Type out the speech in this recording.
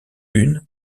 une